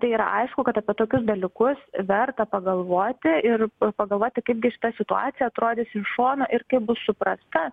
tai yra aišku kad apie tokius dalykus verta pagalvoti ir pagalvoti kaip gi šita situacija atrodys iš šono ir kaip bus suprasta